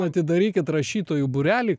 atidarykit rašytojų būrelį